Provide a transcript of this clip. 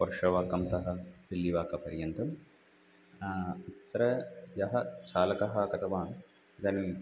पुरश्शवाकं तः दिल्लिवाकपर्यन्तं अत्र यः चालकः गतवान् इदानिं